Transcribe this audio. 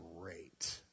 great